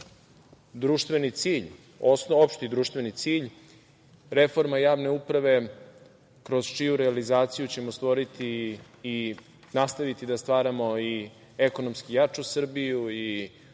uprave kao jedan opšti društveni cilj, reforma javne uprave kroz čiju realizaciju ćemo stvoriti i nastaviti da stvaramo i ekonomski jaču Srbiju i